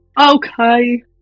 Okay